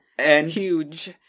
Huge